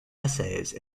essays